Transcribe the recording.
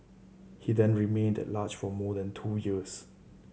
he then remained at large for more than two years